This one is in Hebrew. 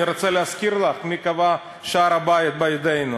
אני רוצה להזכיר לך מי קבע שהר-הבית בידינו.